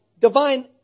divine